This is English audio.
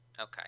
okay